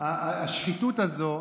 השחיתות הזאת,